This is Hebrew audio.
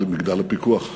על מגדל הפיקוח.